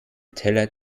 teller